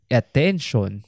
attention